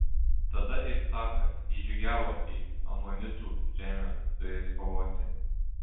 tada iftachas įžygiavo į amonitų žemę su jais kovoti